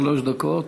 שלוש דקות.